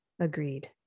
Agreed